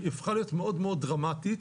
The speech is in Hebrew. היא מאוד מאוד דרמטית.